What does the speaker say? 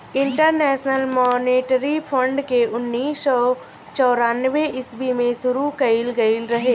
international monetary fund के उन्नीस सौ चौरानवे ईस्वी में शुरू कईल गईल रहे